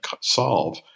solve